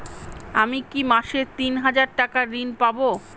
আমি কি মাসে তিন হাজার টাকার ঋণ পাবো?